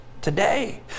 today